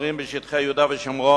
המתגוררים בשטחי יהודה ושומרון,